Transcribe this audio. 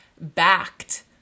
backed